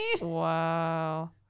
Wow